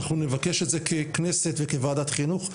אנחנו נבקש את זה כנסת וכוועדת חינוך,